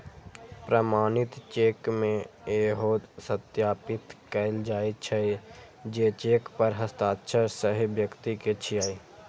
प्रमाणित चेक मे इहो सत्यापित कैल जाइ छै, जे चेक पर हस्ताक्षर सही व्यक्ति के छियै